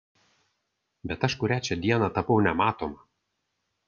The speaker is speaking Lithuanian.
bet aš kurią čia dieną tapau nematoma